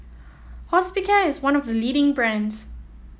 Hospicare is one of the leading brands